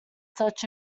such